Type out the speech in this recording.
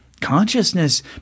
consciousness